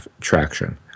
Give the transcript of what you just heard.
traction